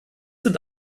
sind